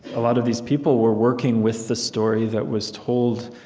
a lot of these people were working with the story that was told,